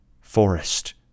forest